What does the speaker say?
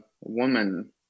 woman